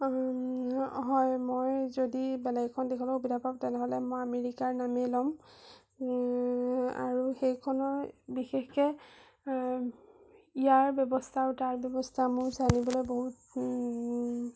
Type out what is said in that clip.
হয় মই যদি বেলেগ এখন দেশত সুবিধা পাওঁ তেনেহ'লে মই আমেৰিকাৰ নামেই ল'ম আৰু সেইখনৰ বিশেষকৈ ইয়াৰ ব্যৱস্থা আৰু তাৰ ব্যৱস্থা মোৰ জানিবলৈ বহুত